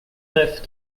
neuf